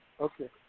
Okay